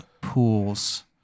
pools